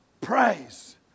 praise